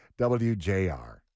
WJR